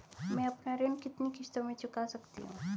मैं अपना ऋण कितनी किश्तों में चुका सकती हूँ?